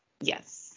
Yes